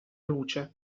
luce